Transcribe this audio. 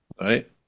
right